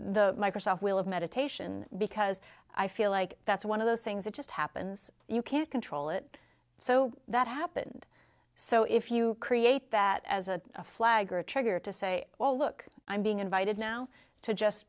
the microsoft will of meditation because i feel like that's one of those things that just happens you can't control it so that happened so if you create that as a flag or a trigger to say well look i'm being invited now to just